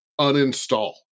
uninstall